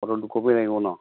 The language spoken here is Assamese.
ফটো দুকপি লাগিব ন